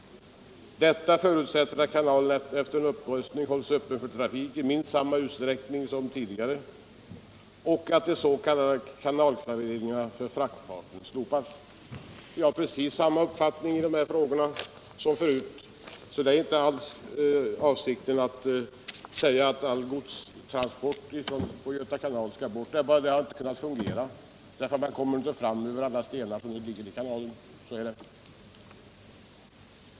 Detta förutsätter att kanalen efter en upprustning hålls öppen för trafik i minst samma utsträckning som hittills samt att de s.k. kanalklareringarna för fraktfarten slopas.” Vi har precis samma uppfattning i de här frågorna som förut. Avsikten är inte alls att säga att all godstrafik på Göta kanal skall bort. Det är bara det att den inte har kunnat fungera därför att man inte kommer fram över alla stenar som nu ligger i kanalen. Så är det.